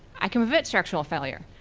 i can prevent structural failure.